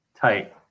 tight